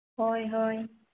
ᱦᱳᱭ ᱦᱳᱭ